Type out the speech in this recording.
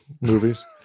movies